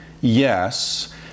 yes